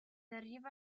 arriva